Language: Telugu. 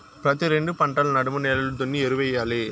ప్రతి రెండు పంటల నడమ నేలలు దున్ని ఎరువెయ్యాలి